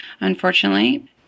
unfortunately